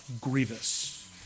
grievous